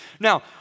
Now